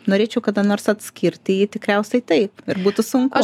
norėčiau kada nors atskirti jį tikriausiai taip ir būtų sunku